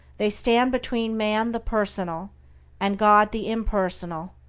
they stand between man the personal and god the impersonal,